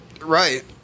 Right